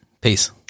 Peace